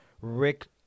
Rick –